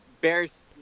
Bears